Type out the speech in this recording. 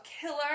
Killer